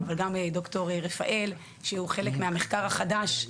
אבל גם ד"ר רפאל שהוא חלק מהמחקר החדש,